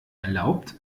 erlaubt